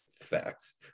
Facts